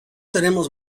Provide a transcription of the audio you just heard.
tenemos